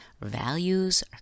values